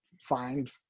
find